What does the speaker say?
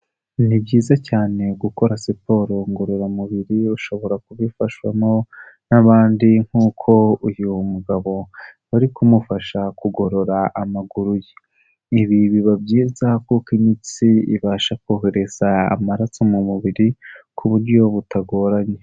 Ni byiza cyane gukora siporo ngororamubiri, ushobora kubifashwamo n'abandi nk'uko uyu mugabo bari kumufasha kugorora amaguru ye. Ibi biba byiza kuko imitsi ibasha kohereza amaraso mu mubiri ku buryo butagoranye.